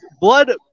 Blood